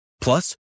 Plus